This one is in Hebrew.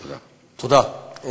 תודה.